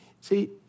See